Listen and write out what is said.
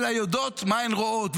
אלא יודעות מה הן רואות.